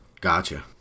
gotcha